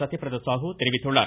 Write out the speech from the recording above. சத்யபிரத சாகு தெரிவித்துள்ளார்